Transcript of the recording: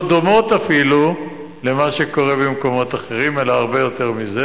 דומות אפילו למה שקורה במקומות אחרים אלא הרבה יותר מזה,